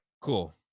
cool